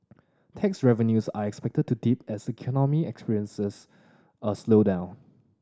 tax revenues are expected to dip as economy experiences a slowdown